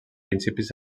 principis